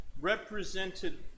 Represented